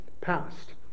passed